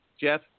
Jeff